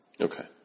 Okay